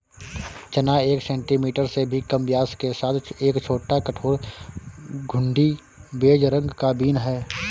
चना एक सेंटीमीटर से भी कम व्यास के साथ एक छोटा, कठोर, घुंडी, बेज रंग का बीन है